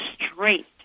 straight